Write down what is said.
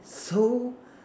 so